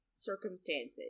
circumstances